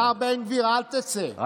השר בן גביר, אל תצא,